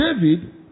David